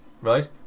right